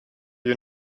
you